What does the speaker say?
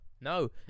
No